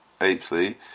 Eighthly